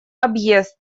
объезд